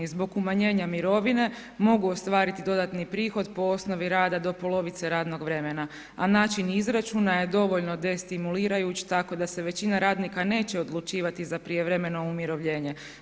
Zbog umanjenja mirovine mogu ostvariti dodatni prihod po osnovi rada do police radnog vremena a način izračuna je dovoljno destimulirajući tako da se većina radnika neće odlučivati na prijevremeno umirovljenje.